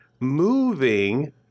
moving